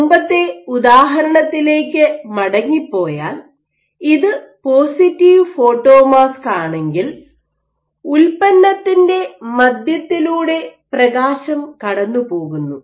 മുമ്പത്തെ ഉദാഹരണത്തിലേക്ക് മടങ്ങി പോയാൽ ഇത് പോസിറ്റീവ് ഫോട്ടോമാസ്ക് ആണെങ്കിൽ ഉൽപ്പന്നത്തിൻറെ മധ്യത്തിലൂടെ പ്രകാശം കടന്നുപോകുന്നു